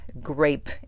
grape